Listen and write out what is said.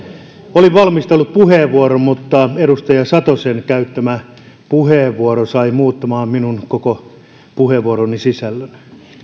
olin valmistellut puheenvuoron mutta edustaja satosen käyttämä puheenvuoro sai muuttamaan minun koko puheenvuoroni sisällön